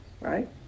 right